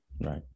Right